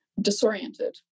disoriented